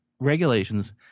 regulations